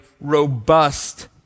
robust